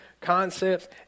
concepts